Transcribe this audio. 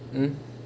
hmm